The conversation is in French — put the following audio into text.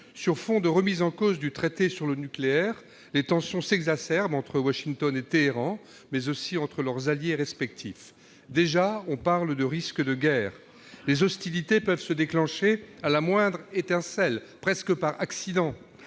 Sur fond de remise en cause du traité sur le nucléaire, les tensions s'exacerbent entre Washington et Téhéran, mais aussi entre leurs alliés respectifs. Déjà, on parle de risque de guerre. Les hostilités peuvent se déclencher à la moindre étincelle, presque par accident.